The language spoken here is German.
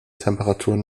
temperaturen